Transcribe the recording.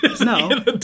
no